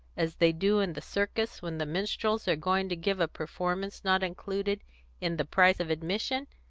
as they do in the circus when the minstrels are going to give a performance not included in the price of admission?